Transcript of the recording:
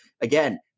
again